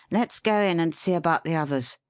let's go in and see about the others.